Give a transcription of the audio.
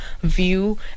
View